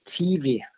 TV